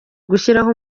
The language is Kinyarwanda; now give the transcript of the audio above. gushyiraho